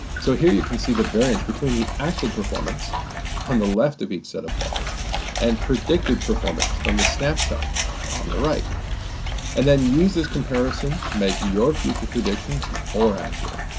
so, here you can see the variance between the actual performance on the left of each set of bars and predicted performance from the snapshot on the right and then use this comparison to make your future predictions more accurate.